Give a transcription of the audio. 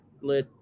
let